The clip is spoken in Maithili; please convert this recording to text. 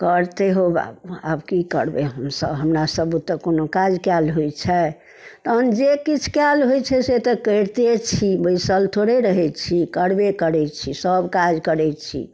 करतै बौआ आब की करबै हमसब हमरा सब बूते कोनो काज कयल होइ छै तखन जे किछु कयल होइ छै से तऽ करिते छी बैसल थोड़े रहै छी करबे करै छी सब काज करै छी